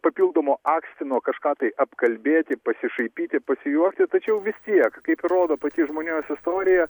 papildomo akstino kažką tai apkalbėti pasišaipyti pasijuokti tačiau vis tiek kaip ir rodo pati žmonijos istorija